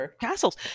castles